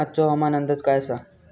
आजचो हवामान अंदाज काय आसा?